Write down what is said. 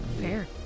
Fair